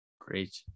great